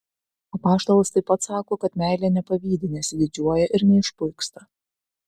apaštalas taip pat sako kad meilė nepavydi nesididžiuoja ir neišpuiksta